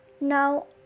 Now